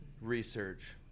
research